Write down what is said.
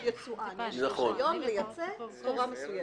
רישיון לייצא בצורה מסוימת.